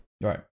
Right